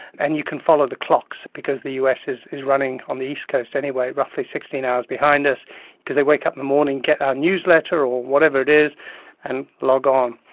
and you can follow the clocks because the us is is running, on the east coast anyway, roughly sixteen hours behind us because they wake up in the morning, get our newsletter or whatever it is and log on.